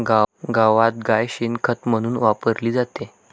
गावात गाय शेण खत म्हणून वापरली जाते